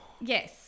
Yes